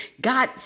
God